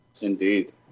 Indeed